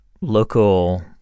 local